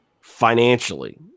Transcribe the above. financially